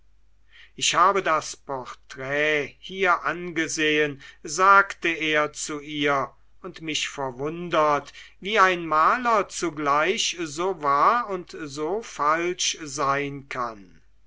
ich habe das porträt hier angesehen sagte er zu ihr und mich verwundert wie ein maler zugleich so wahr und so falsch sein kann